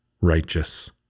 righteous